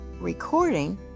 recording